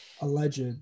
Alleged